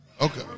Okay